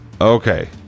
Okay